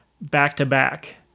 back-to-back